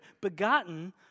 begotten